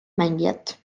mängijat